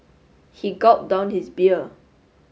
he gulped down his beer